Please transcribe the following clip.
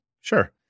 Sure